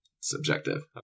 Subjective